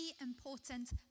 important